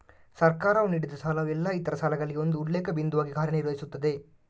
ಸರ್ಕಾರವು ನೀಡಿದಸಾಲವು ಎಲ್ಲಾ ಇತರ ಸಾಲಗಳಿಗೆ ಒಂದು ಉಲ್ಲೇಖ ಬಿಂದುವಾಗಿ ಕಾರ್ಯ ನಿರ್ವಹಿಸುತ್ತದೆ